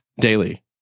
Daily